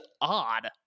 odd